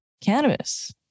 Cannabis